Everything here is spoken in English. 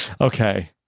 Okay